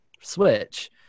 Switch